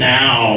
now